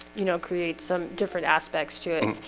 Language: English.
you know create some different aspects to it.